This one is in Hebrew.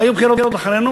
היו בחירות אחרינו,